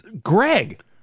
Greg